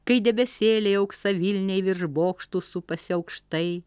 kai debesėliai auksavilniai virš bokštų supasi aukštai